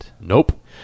Nope